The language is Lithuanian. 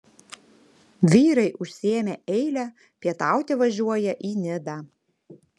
vyrai užsiėmę eilę pietauti važiuoja į nidą